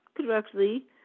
correctly